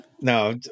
no